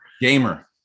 Gamer